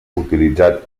utilitzat